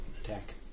attack